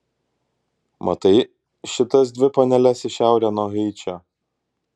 matai šitas dvi paneles į šiaurę nuo haičio